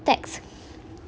text